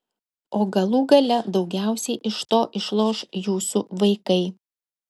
o galų gale daugiausiai iš to išloš jūsų vaikai